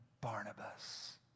Barnabas